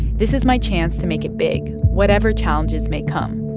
this is my chance to make it big, whatever challenges may come